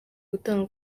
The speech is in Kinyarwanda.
gutangwa